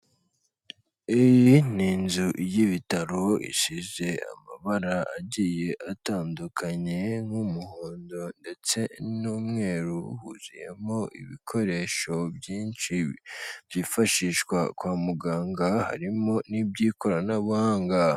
Iyi ni inzu y'ibitaro isize amabara agiye atandukanye nk'umuhondo ndetse n'umweru, ihuriyemo ibikoresho byinshi byifashishwa kwa muganga, harimo n'iby'ikoranabuhanga.